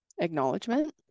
acknowledgement